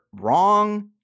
wrong